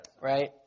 Right